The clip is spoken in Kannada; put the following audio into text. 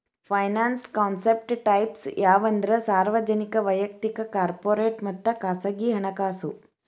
ಫೈನಾನ್ಸ್ ಕಾನ್ಸೆಪ್ಟ್ ಟೈಪ್ಸ್ ಯಾವಂದ್ರ ಸಾರ್ವಜನಿಕ ವಯಕ್ತಿಕ ಕಾರ್ಪೊರೇಟ್ ಮತ್ತ ಖಾಸಗಿ ಹಣಕಾಸು